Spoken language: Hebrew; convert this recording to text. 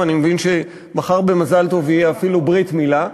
ואני מבין שמחר במזל טוב תהיה אפילו ברית מילה,